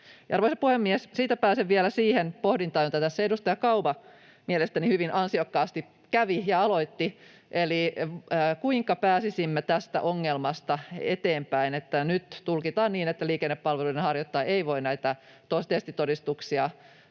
Arvoisa puhemies! Siitä pääsen vielä siihen pohdintaan, jota tässä edustaja Kauma mielestäni hyvin ansiokkaasti kävi ja aloitti, eli siihen, kuinka pääsisimme tästä ongelmasta eteenpäin, että nyt tulkitaan niin, että liikennepalveluiden harjoittaja ei voi näitä testitodistuksia